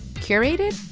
curated?